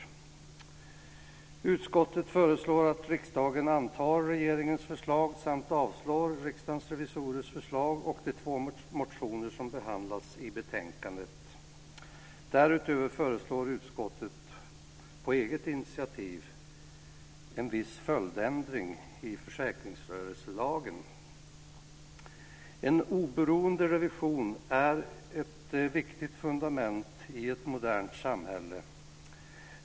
Utskottet förslår att riksdagen antar regeringens förslag samt avslår Riksdagens revisorers förslag och de två motioner som behandlas i betänkandet. Därutöver föreslår utskottet på eget initiativ en viss följdändring i försäkringsrörelselagen. En oberoende revision är ett viktigt fundament i ett modernt samhälle.